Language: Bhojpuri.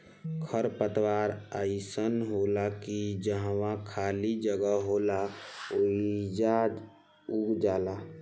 खर पतवार अइसन होला की जहवा खाली जगह होला ओइजा उग जाला